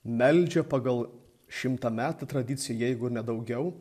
meldžia pagal šimtametę tradiciją jeigu ne daugiau